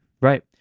right